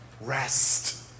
rest